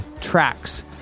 tracks